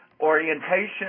orientation